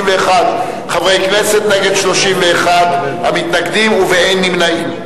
חברי כנסת נגד 31 המתנגדים ובאין נמנעים.